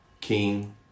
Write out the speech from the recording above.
King